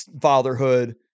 fatherhood